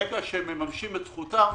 ברגע שמממשים את זכותם,